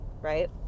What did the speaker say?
right